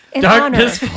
darkness